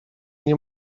nie